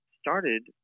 started